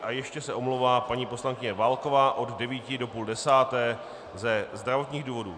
A ještě se omlouvá paní poslankyně Válková od devíti do půl desáté ze zdravotních důvodů.